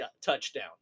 touchdown